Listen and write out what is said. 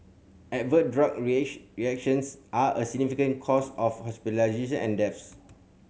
adverse drug reactions are a significant cause of hospitalisation and deaths